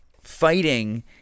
fighting